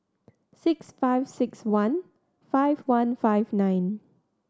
six five six one five one five nine